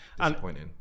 disappointing